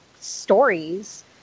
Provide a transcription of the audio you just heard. stories